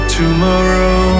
tomorrow